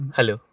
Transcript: Hello